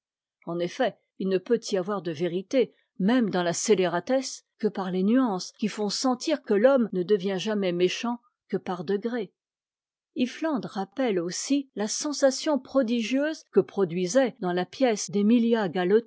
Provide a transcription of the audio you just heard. en effet il ne peut y avoir de vérité même dans la scélératesse que par les nuances qui font sentir que l'homme ne devient jamais méchant que par degrés iffland rappelle aussi la sensation prodigieuse que produisait dans la pièce d'je'mkvkt galotti